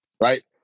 right